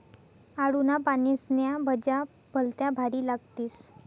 आळूना पानेस्न्या भज्या भलत्या भारी लागतीस